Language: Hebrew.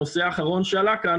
הנושא האחרון שעלה כאן,